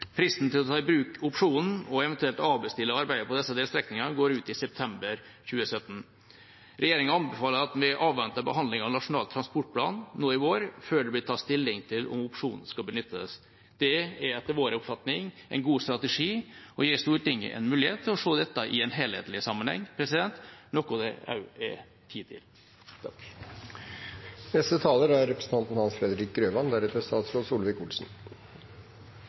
Fristen for å ta i bruk opsjonen og eventuelt avbestille arbeidet på disse delstrekningene går ut i september 2017. Regjeringa anbefaler at vi avventer behandlingen av Nasjonal transportplan nå i vår før det blir tatt stilling til om opsjonen skal benyttes. Det er etter vår oppfatning en god strategi og gir Stortinget en mulighet til å se dette i en helhetlig sammenheng, noe det også er tid til.